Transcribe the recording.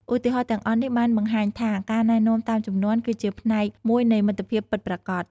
ឧទាហរណ៍ទាំងអស់នេះបានបង្ហាញថាការណែនាំតាមជំនាន់ គឺជាផ្នែកមួយនៃមិត្តភាពពិតប្រាកដ។